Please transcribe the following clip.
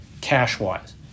cash-wise